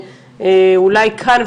אולי כאן,